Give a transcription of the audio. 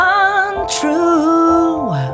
untrue